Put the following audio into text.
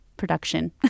production